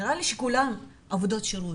נראה לי שכולם עבודות שירות.